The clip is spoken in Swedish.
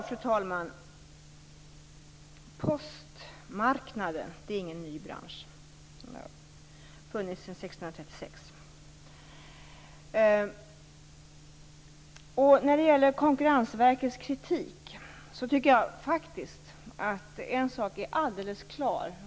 Fru talman! Postmarknaden är inte någon ny bransch. Den har funnits sedan 1636. När det gäller Konkurrensverkets kritik tycker jag att en sak är alldeles klar.